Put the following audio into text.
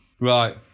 right